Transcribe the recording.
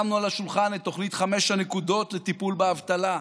שמנו על השולחן את תוכנית חמש הנקודות לטיפול באבטלה.